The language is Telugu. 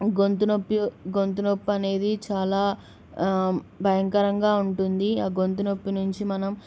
గొంతు నొప్పి గొంతు నొప్ప అనేది చాలా భయంకరంగా ఉంటుంది ఆ గొంతు నొప్పి నుంచి మనం